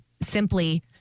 simply